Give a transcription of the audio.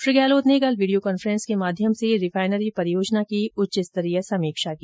श्री गहलोत ने कल video conference माध्यम से रिफाइनरी परियोजना की उच्चस्तरीय समीक्षा की